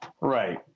right